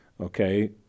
Okay